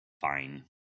fine